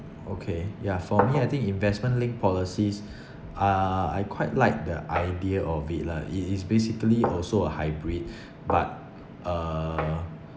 okay ya for me I think investment-linked policies are I quite like the idea of it lah it is basically also a hybrid but uh